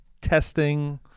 testing –